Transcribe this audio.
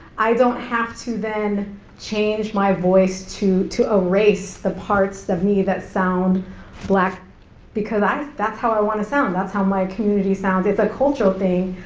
i don't have to then change my voice to to erase the parts of me that sound black because that's how i wanna sound, that's how my community sounds. it's a cultural thing,